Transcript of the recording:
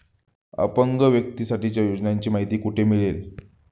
अपंग व्यक्तीसाठीच्या योजनांची माहिती कुठे मिळेल?